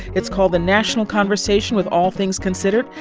it's called the national conversation with all things considered.